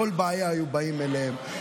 בכל בעיה היו באים אליהם,